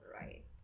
right